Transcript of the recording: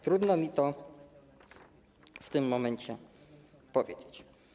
Trudno mi to w tym momencie powiedzieć.